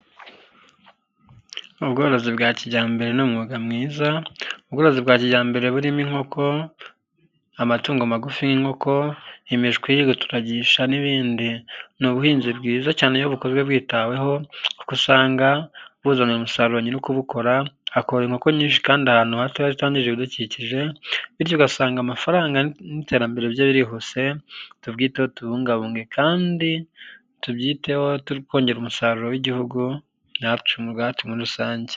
Ubworozi bwa kijyambere ni umwuga mwiza. Ubworozi bwa kijyambere burimo inkoko, amatungo magufi y'inkoko, imishwi, guturagisha n'ibindi, ni ubuhinzi bwiza cyane, iyo bukozwe bwitaweho, kuko usanga buzanira umusaruro nyir'ukubukora, akororera inkoko nyinshi kandi ahantu hato hatangiza ibidukikije, bityo ugasanga amafaranga n'iterambere bye birihuse. Tubyiteho tububungabunge kandi tubyiteho twongera umusaruro w'igihugu cyacu n'ubuzima bwacu muri rusange.